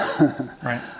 right